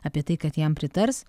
apie tai kad jam pritars